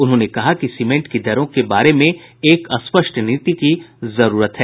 उन्होंने कहा कि सीमेंट की दरों के बारे में एक स्पष्ट नीति की जरूरत है